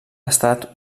estat